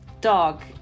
Dog